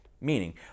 meaning